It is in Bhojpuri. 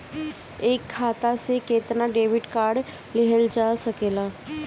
एक खाता से केतना डेबिट कार्ड लेहल जा सकेला?